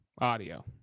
audio